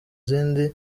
zindi